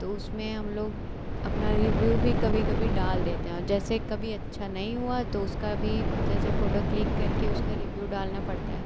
तो उसमें हम लोग अपना रिव्यू भी कभी कभी डाल देते हैं और जैसे कभी अच्छा नहीं हुआ तो उसका भी जैसे फ़ोटो क्लिक करके उसका रिव्यू डालना पड़ता है